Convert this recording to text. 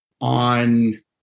on